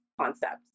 concepts